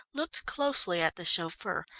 looked closely at the chauffeur,